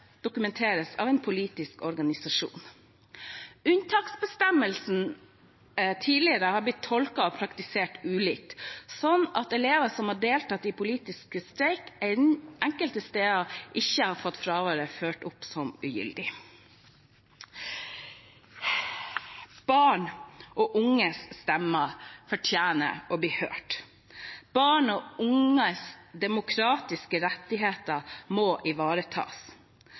dokumenteres av en politisk organisasjon. Unntaksbestemmelsen har tidligere blitt tolket og praktisert ulikt, slik at elever som har deltatt i politisk streik, enkelte steder ikke har fått fraværet ført opp som ugyldig. Barn og unges stemmer fortjener å bli hørt. Barn og unges demokratiske rettigheter må ivaretas.